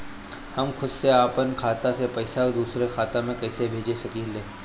हम खुद से अपना खाता से पइसा दूसरा खाता में कइसे भेज सकी ले?